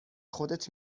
خودت